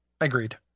agreed